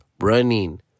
running